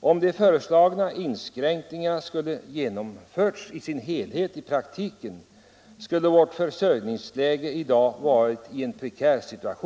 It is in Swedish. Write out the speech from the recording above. Om de föreslagna inskränkningarna i sin helhet hade genomförts i praktiken, hade vårt försörjningsläge i dag varit prekärt.